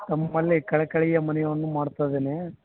ತಮ್ಮಲ್ಲಿ ಕಳಕಳಿಯ ಮನವಿಯನ್ನು ಮಾಡ್ತ ಇದೀನಿ